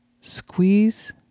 Squeeze